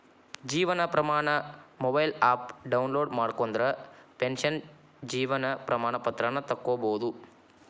Jeevan Pramaan mobile app download ಮಾಡ್ಕೊಂಡ್ರ pension Jeevan Pramaan ಪತ್ರಾನ ತೊಕ್ಕೊಬೋದು